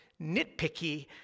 nitpicky